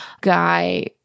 guy